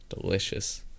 delicious